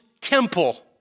temple